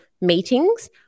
meetings